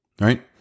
right